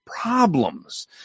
problems